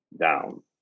down